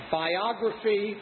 biography